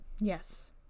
Yes